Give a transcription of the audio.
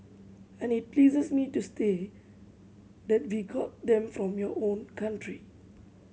and it pleases me to stay that we got them from your own country